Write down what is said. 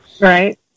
Right